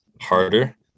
harder